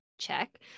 check